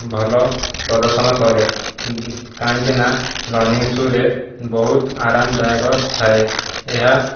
ଭଲ ପ୍ରଦର୍ଶନ କରେ କାଇଁକିନା ରନିଙ୍ଗ ସୁରେ ବହୁତ ଆରାମଦାୟକ ଥାଏ ଏହା